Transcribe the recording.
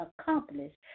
accomplished